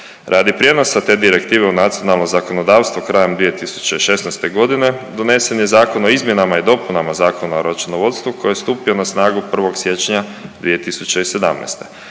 Radi prijenosa te direktive u nacionalno zakonodavstvo krajem 2016.g. donesen je Zakon o izmjenama i dopunama Zakona o računovodstvu koji je stupio na snagu 1. siječnja 2017..